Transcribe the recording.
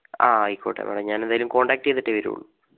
ആ ആയിക്കോട്ടെ മേഡം ഞാൻ എന്തായാലും കോൺടാക്റ്റ് ചെയ്തിട്ടേ വരുള്ളൂ